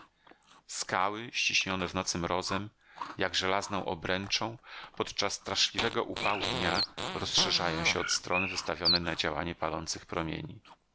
skały ściśnione w nocy mrozem jak żelazną obręczą podczas straszliwego upału dnia rozszerzają się od strony wystawionej na działanie palących promieni